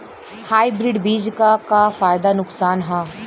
Hybrid बीज क का फायदा नुकसान ह?